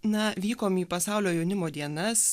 na vykom į pasaulio jaunimo dienas